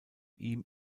ihm